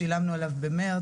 שילמנו עליו במרץ,